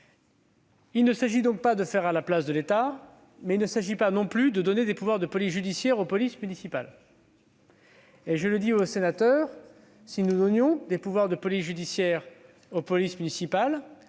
Il ne s'agit pas de faire à la place de l'État, mais il ne s'agit pas non plus de donner des pouvoirs de police judiciaire aux polices municipales. En effet, si nous donnions des pouvoirs de police judiciaire aux polices municipales,